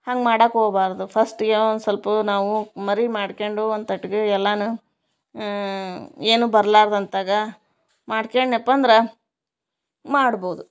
ಹಂಗೆ ಮಾಡಕ್ಕೆ ಹೋಬಾರ್ದು ಫಸ್ಟಿಗೆ ಒಂದು ಸಲ್ಪ ನಾವು ಮರೆ ಮಾಡ್ಕೊಂಡು ಒಂದು ತಟ್ಕ ಎಲ್ಲನು ಏನೂ ಬರ್ಲಾರ್ದಂತಗ ಮಾಡ್ಕ್ಯಂಡ್ನ್ಯಪ್ಪ ಅಂದ್ರೆ ಮಾಡ್ಬೋದು